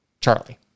Charlie